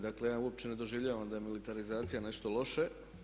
Dakle, ja uopće ne doživljavam da je militarizacija nešto loše.